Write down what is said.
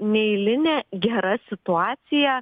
neeilinė gera situacija